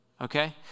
okay